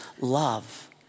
love